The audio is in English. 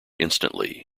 instantly